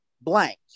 blank